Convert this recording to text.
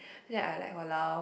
ya I like !walao!